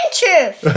truth